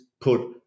put